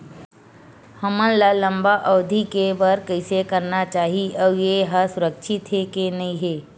हमन ला लंबा अवधि के बर कइसे करना चाही अउ ये हा सुरक्षित हे के नई हे?